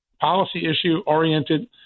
policy-issue-oriented